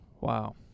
Wow